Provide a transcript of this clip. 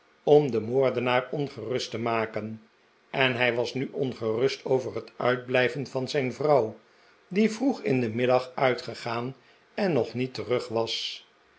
om den moordenaar ongerust te maken en hij was nu ongerust over het uitblijven van zijn vrouw r die vroeg in den middag uitgegaan en nog niet terug was